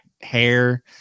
hair